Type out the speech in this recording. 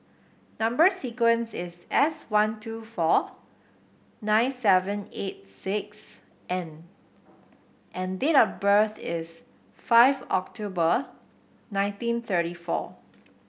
number sequence is S one two four nine seven eight six N and date of birth is five October nineteen thirty four